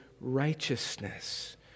righteousness